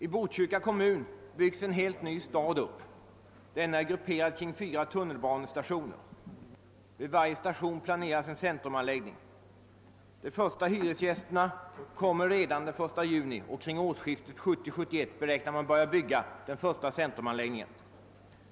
I Botkyrka kommun byggs en helt ny stad upp. Denna är grupperad kring fyra tunnelbanestationer. Vid varje station planeras en centrumanläggning. De första hyresgästerna kommer redan den 1 juni, och kring årsskiftet 1970/71 beräknar man kunna börja bygga den första centrumanläggningen.